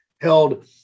held